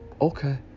okay